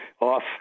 off